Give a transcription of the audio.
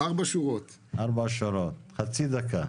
היושב-ראש -- חצי דקה.